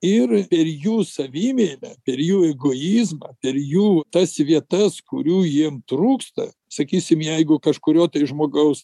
ir per jų savimeilę per jų egojizmą per jų tas vietas kurių jiem trūksta sakysim jeigu kažkurio tai žmogaus